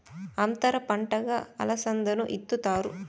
అంతర పంటగా అలసందను ఇత్తుతారు